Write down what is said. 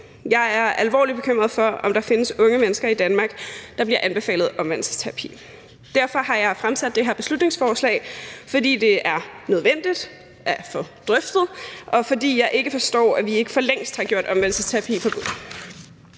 Jeg er alvorligt bekymret for, at der findes unge mennesker i Danmark, der bliver anbefalet omvendelsesterapi. Vi har fremsat det her beslutningsforslag, fordi det er nødvendigt at få det drøftet, og fordi jeg ikke forstår, at vi ikke for længst har gjort omvendelsesterapi forbudt.